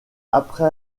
après